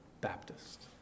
Baptist